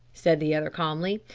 said the other calmly.